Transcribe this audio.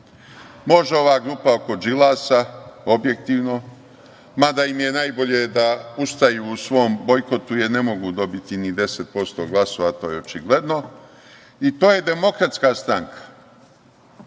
Može ova grupa oko Đilasa, objektivno, mada im je najbolje da ustraju u svom bojkotu jer ne mogu dobiti ni 10% glasova, što je očigledno, i to je Demokratska stranka.